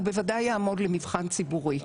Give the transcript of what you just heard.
הוא בוודאי יעמוד למבחן ציבורי.